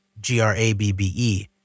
G-R-A-B-B-E